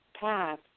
path